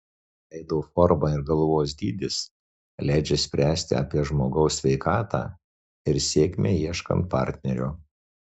veido forma ir galvos dydis leidžia spręsti apie žmogaus sveikatą ir sėkmę ieškant partnerio